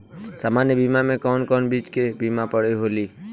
सामान्य बीमा में कवन कवन चीज के बीमा होला?